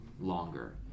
longer